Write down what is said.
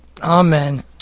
Amen